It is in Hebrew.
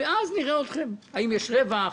ואז נראה אתכם, האם יש רווח.